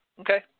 okay